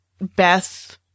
Beth